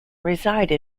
reside